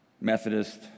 Methodist